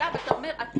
ממש